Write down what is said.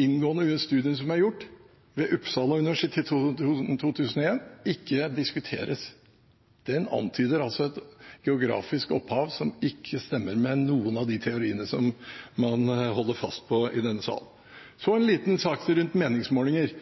inngående studien som er gjort, ved Uppsala universitet i 2001, ikke diskuteres. Den antyder altså et geografisk opphav som ikke stemmer med noen av de teoriene man holder fast på i denne sal. Så en liten sak rundt meningsmålinger: